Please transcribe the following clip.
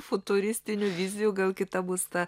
futuristinių vizijų gal kitą bus ta